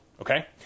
okay